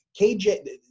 KJ